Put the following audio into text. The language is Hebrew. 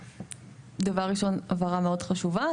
אז דבר ראשון, זו הבהרה מאוד חשובה.